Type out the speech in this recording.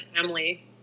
family